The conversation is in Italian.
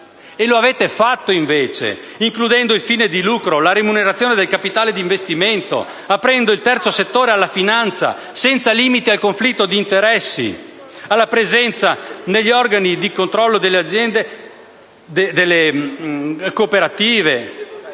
lo avete fatto includendo il fine di lucro, la remunerazione del capitale d'investimento, aprendo il terzo settore alla finanza, senza limiti al conflitto d'interessi, alla presenza negli organi di controllo delle cooperative